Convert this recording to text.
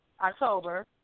October